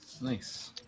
Nice